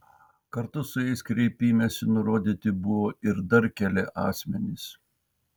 kartu su jais kreipimesi nurodyti buvo ir dar keli asmenys